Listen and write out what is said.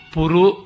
Puru